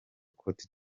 cote